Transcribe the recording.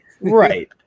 Right